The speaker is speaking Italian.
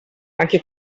anche